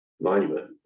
monument